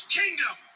kingdom